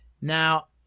Now